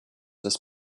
his